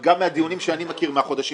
גם מהדיונים שאני מכיר מהחודשים